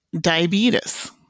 diabetes